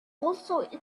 also